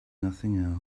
nothing